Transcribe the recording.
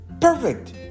Perfect